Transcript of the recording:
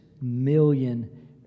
million